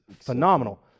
phenomenal